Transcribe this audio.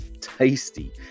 tasty